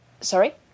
Sorry